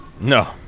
No